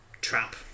trap